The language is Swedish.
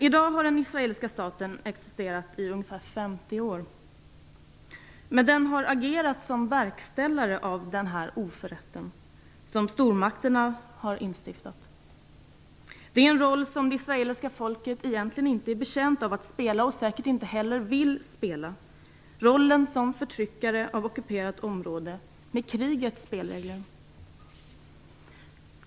I dag har den israeliska staten existerat i ungefär 50 år. Den har agerat som verkställare av den oförrätt som stormakterna har instiftat. Det är en roll som det israeliska folket egentligen inte är betjänt av att spela, och säkert inte heller vill spela - rollen som förtryckare av ockuperat område med krigets spelregler.